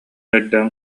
өйдөөн